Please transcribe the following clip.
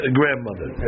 grandmother